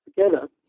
together